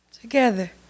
together